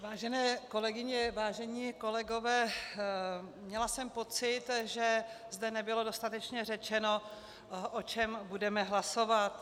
Vážené kolegyně, vážení kolegové, měla jsem pocit, že zde nebylo dostatečně řečeno, o čem budeme hlasovat.